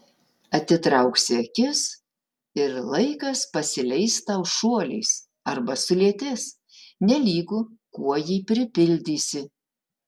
atitrauksi akis ir laikas pasileis tau šuoliais arba sulėtės nelygu kuo jį pripildysi